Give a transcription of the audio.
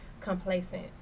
complacent